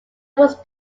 was